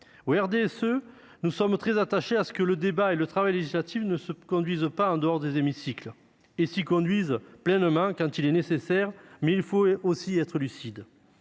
Au RDSE, nous sommes très attachés à ce que le débat et le travail législatifs n'aient pas lieu en dehors des hémicycles et qu'ils s'y conduisent pleinement quand cela est nécessaire. Mais il faut aussi être lucide.